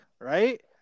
right